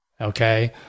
Okay